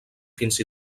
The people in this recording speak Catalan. fins